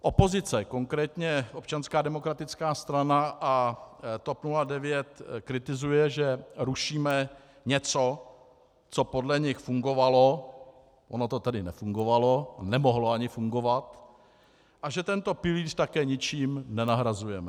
Opozice, konkrétně Občanská demokratická strana a TOP 09, kritizuje, že rušíme něco, co podle nich fungovalo ono to tedy nefungovalo, nemohlo ani fungovat a že tento pilíř také ničím nenahrazujeme.